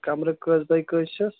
کَمرٕ کٔژ بَے کٔژ چھِس